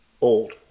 old